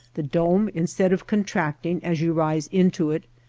the dome in stead of contracting as you rise into it,